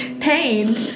pain